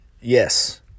yes